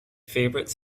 favorite